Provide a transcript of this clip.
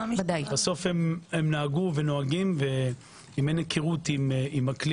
בסוף הם נהגו ונוהגים ואם אין היכרות עם הכלי